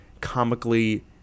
comically